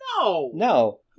No